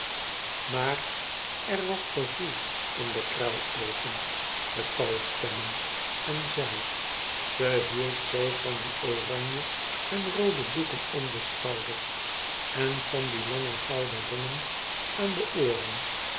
maar er was gevoel in de kraaloogen de pauwstemmen en zij ze hield zoo van die oranje en roode doeken om de schouders en van die lange gouden ringen aan de ooren